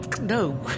No